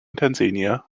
tanzania